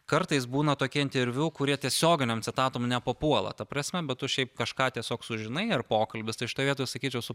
kartais būna tokie interviu kurie tiesioginėm citatom nepapuola ta prasme bet tu šiaip kažką tiesiog sužinai ar pokalbis tai šitoj vietoj sakyčiau su